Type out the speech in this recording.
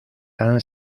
han